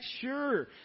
sure